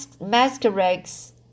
Masquerades